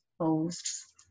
posts